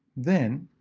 then,